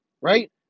right